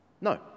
No